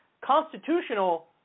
constitutional